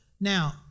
Now